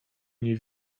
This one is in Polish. nie